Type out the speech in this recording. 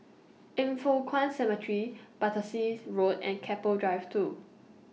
Yin Foh Kuan Cemetery Battersea Road and Keppel Drive two